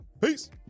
Peace